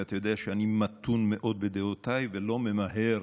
ואתה יודע שאני מתון מאוד בדעותיי ולא ממהר